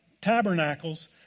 Tabernacles